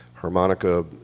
harmonica